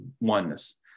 oneness